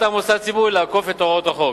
מוסד ציבורי לעקוף את הוראות החוק,